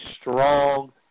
strong